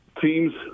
teams